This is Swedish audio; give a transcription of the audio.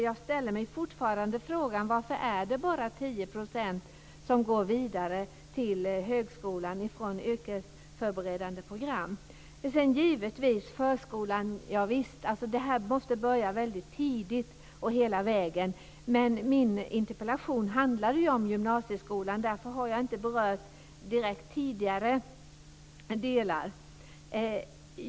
Jag ställer mig fortfarande frågan: Varför är det bara 10 % som går vidare till högskolan från yrkesförberedande program? Detta måste börja väldigt tidigt, redan i förskolan och hela vägen. Men min interpellation handlade ju om gymnasieskolan. Därför har jag inte berört tidigare delar.